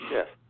Yes